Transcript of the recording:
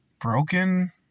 broken